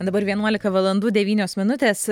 dabar vienuolika valandų devynios minutės